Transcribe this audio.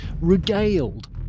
regaled